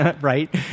Right